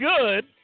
good